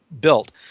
built